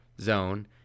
zone